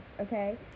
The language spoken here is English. okay